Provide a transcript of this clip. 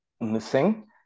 missing